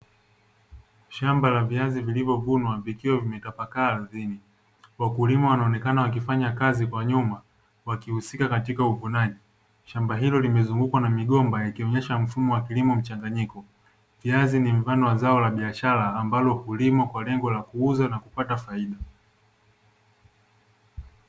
Shamba la viazi vilivovunwa vikiwa vimetapakaa ardhini, wakulima wanaonekana wakifanya kazi kwa nyuma, wakihusika katika uvunaji. Shamba hilo limezungukwa na migomba, yakionesha mfumo wa kilimo mchanganyiko. Viazi ni mfano wa zao la biashara ambalo hulimwa kwa lengo la kuuzwa na kupata faida.